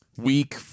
week